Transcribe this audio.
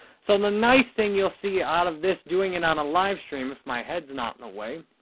so, the nice thing you'll see out of this, doing it on a live stream, if my head's not in the way,